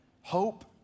Hope